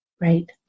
Right